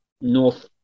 north